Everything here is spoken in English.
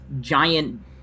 giant